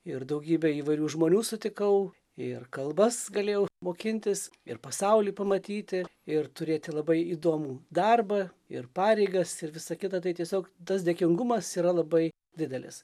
ir daugybę įvairių žmonių sutikau ir kalbas galėjau mokintis ir pasaulį pamatyti ir turėti labai įdomų darbą ir pareigas ir visą kitą tai tiesiog tas dėkingumas yra labai didelis